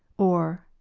or,